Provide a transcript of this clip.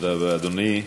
תודה רבה, אדוני.